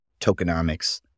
tokenomics